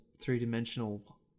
three-dimensional